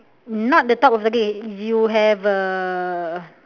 not the top of the you have a